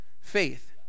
faith